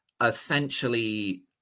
essentially